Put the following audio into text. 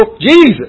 Jesus